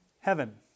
Heaven